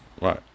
Right